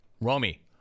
Romy